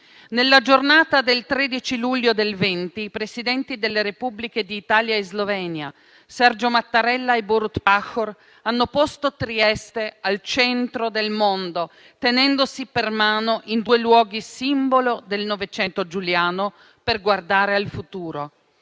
Nella giornata del 13 luglio del 2020, i presidenti delle Repubbliche di Italia e Slovenia, Sergio Mattarella e Borut Pahor, hanno posto Trieste al centro del mondo, tenendosi per mano in due luoghi simbolo del Novecento giuliano per guardare al futuro.